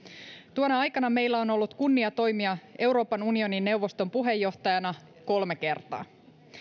tuona aikana meillä on on ollut kunnia toimia euroopan unionin neuvoston puheenjohtajana kolme kertaa